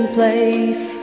place